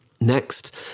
Next